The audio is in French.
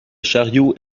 chariot